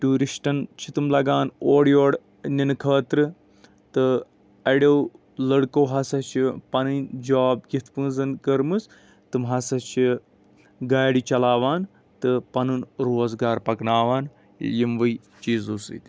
ٹیوٗرِسٹن چھِ تِم لگان اورٕ یور نَنہٕ خٲطرٕ تہٕ اَریو لڑکو ہسا چھِ پَنٕنۍ جاب یِتھۍ پٲٹھۍ زن کٔرمٕژ تِم ہسا چھِ گاڑِ چلاوان تہٕ پَنُن روزگار پَکناوان یِموے چیٖزو سۭتۍ